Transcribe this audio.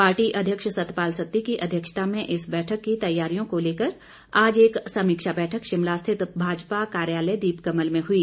party अध्यक्ष सतपाल सत्ती की अध्यक्षता में इस बैठक की तैयारियों को लेकर आज एक समीक्षा बैठक शिमला स्थित भाजपा कार्यालय दीपकमल में हुई